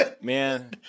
Man